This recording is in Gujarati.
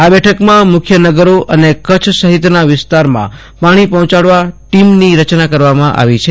આ બેઠકમાં મુખ્ય નગરો અને કચ્છ સહિતના વિસ્તારમાં પાણી પહોંચાડવા ટીમની રચના કરવામાં આવી છે